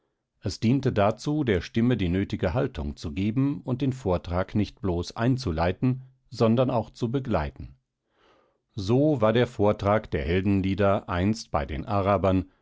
es diente dazu der stimme die nötige haltung zu geben und den vortrag nicht bloß einzuleiten sondern auch zu begleiten so war der vortrag der heldenlieder einst bei den arabern